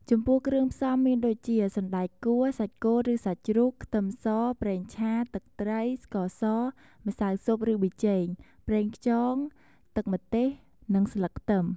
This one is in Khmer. ចំពោះគ្រឿងផ្សំមានដូចជា សណ្ដែកគួរ សាច់គោឬសាច់ជ្រូក ខ្ទឹមស ប្រេងឆា ទឹកត្រី ស្ករស ម្សៅស៊ុបឬប៊ីចេង ប្រេងខ្យង ទឹក ម្ទេស និងស្លឹកខ្ទឹម។